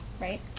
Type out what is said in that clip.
right